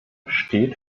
steht